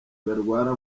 barwara